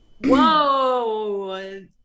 whoa